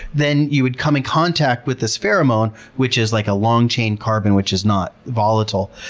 then you would come in contact with this pheromone, which is like a long chain carbon, which is not volatile.